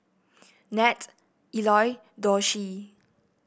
Nat Eloy Dulcie